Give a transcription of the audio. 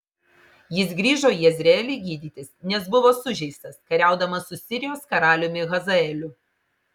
jis grįžo į jezreelį gydytis nes buvo sužeistas kariaudamas su sirijos karaliumi hazaeliu